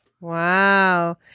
Wow